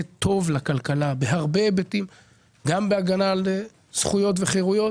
טוב לכלכלה בהגנה על זכויות וחירויות